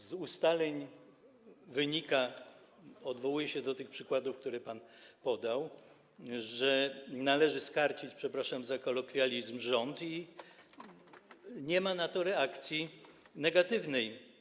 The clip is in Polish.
Z ustaleń wynika - odwołuję się do tych przykładów, które pan podał - że należy skarcić - przepraszam za kolokwializm - rząd i nie ma na to reakcji negatywnej.